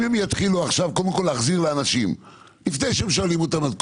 אם הם יתחילו עכשיו קודם כל להחזיר לאנשים לפני שהם שואלים אותם.